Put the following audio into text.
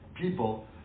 people